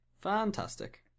Fantastic